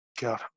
God